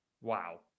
wow